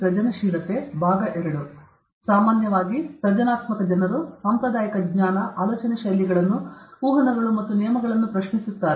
ಸಾಮಾನ್ಯವಾಗಿ ಸೃಜನಾತ್ಮಕ ಜನರು ಸಾಂಪ್ರದಾಯಿಕ ಜ್ಞಾನ ಆಲೋಚನೆ ಶೈಲಿಗಳನ್ನು ಊಹನಗಳು ಮತ್ತು ನಿಯಮಗಳನ್ನು ಪ್ರಶ್ನಿಸುತ್ತಾರೆ